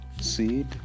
seed